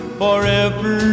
forever